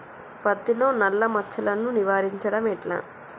పత్తిలో నల్లా మచ్చలను నివారించడం ఎట్లా?